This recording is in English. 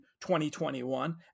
2021